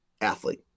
athlete